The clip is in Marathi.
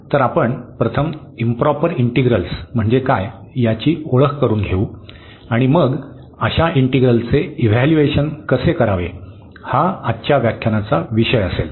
तर आपण प्रथम इंप्रॉपर इंटिग्रल्स म्हणजे काय याची ओळख करून घेऊ आणि मग अशा इंटिग्रलचे इव्हॅल्यूएशन कसे करावे हा आजच्या व्याख्यानाचा विषय असेल